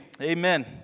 amen